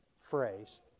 phrase